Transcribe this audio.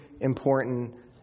important